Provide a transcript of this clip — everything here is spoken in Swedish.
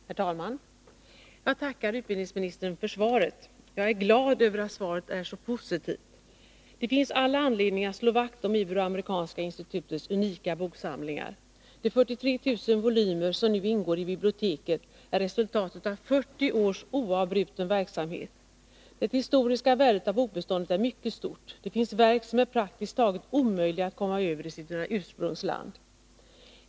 Om Ibero-ame Herr talman! Jag tackar utbildningsministern för svaret. Jag är glad över = rikanska institutets att svaret är så positivt. bibliotek Det finns all anledning att slå vakt om Ibero-amerikanska institutets unika boksamlingar. De 43 000 volymer som nu ingår i biblioteket är resultatet av 40 års oavbruten verksamhet. Det historiska värdet av bokbeståndet är mycket stort. Det finns verk som är praktiskt taget omöjliga att komma över i sina ursprungsländer.